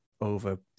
over